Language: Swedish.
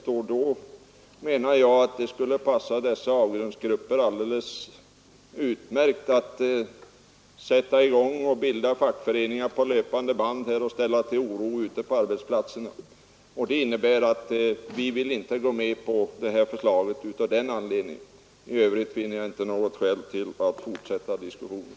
Och då menar jag att det skulle passa dessa ”avgrundsgrupper” alldeles utmärkt att sätta i gång och bilda fackföreningar på löpande band och ställa till oro ute på arbetsplatserna. Det är det som är anledningen till att vi inte vill gå med på förslaget. I övrigt finner jag inte något skäl att fortsätta diskussionen.